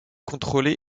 contrôlée